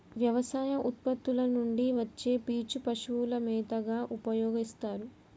వ్యవసాయ ఉత్పత్తుల నుండి వచ్చే పీచు పశువుల మేతగా ఉపయోస్తారు